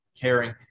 Caring